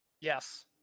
Yes